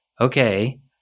okay